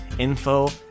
info